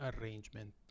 arrangement